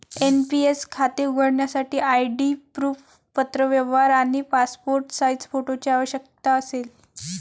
NPS खाते उघडण्यासाठी ID proof, पत्रव्यवहार आणि पासपोर्ट साइज फोटोची आवश्यकता असेल